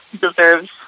deserves